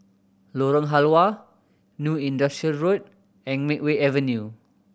Lorong Halwa New Industrial Road and Makeway Avenue